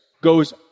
goes